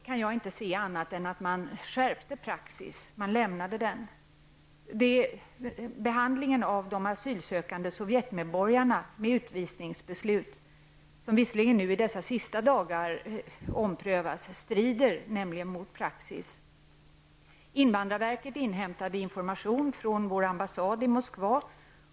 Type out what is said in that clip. Jag kan inte se annat än att man då skärpte praxis, man lämnade den. Den behandling som de asylsökande sovjetmedborgarna fått och som lett till utvisningsbeslut, vilka visserligen nu i dessa senaste dagar omprövats, strider nämligen mot tidigare praxis. Invandrarverket inhämtade information från vår ambassad i Moskva.